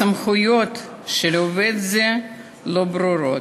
הסמכויות של עובד זה לא ברורות.